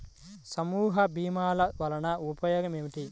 సమూహ భీమాల వలన ఉపయోగం ఏమిటీ?